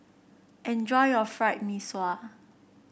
enjoy your Fried Mee Sua